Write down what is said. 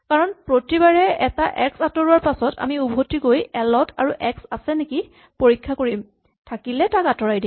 কাৰণ প্ৰতিবাৰে এটা এক্স আঁতৰোৱাৰ পাছত আমি উভতি গৈ এল ত আৰু এক্স আছে নেকি পৰীক্ষা কৰিম থাকিলে তাক আঁতৰাই দিম